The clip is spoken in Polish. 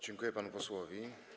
Dziękuję panu posłowi.